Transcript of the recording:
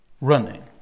running